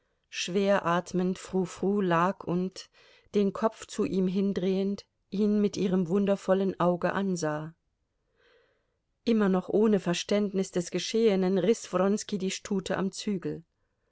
schwer atmend frou frou lag und den kopf zu ihm hin drehend ihn mit ihrem wundervollen auge ansah immer noch ohne verständnis des geschehenen riß wronski die stute am zügel